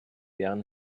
deren